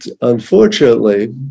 unfortunately